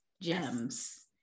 gems